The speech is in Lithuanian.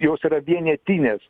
jos yra vienetinės